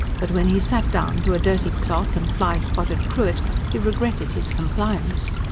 but when he sat down to a dirty cloth and fly-spotted cruet he regretted his compliance.